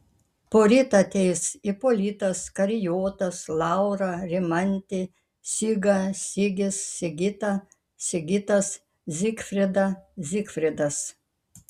poryt ateis ipolitas karijotas laura rimantė siga sigis sigita sigitas zigfrida zygfridas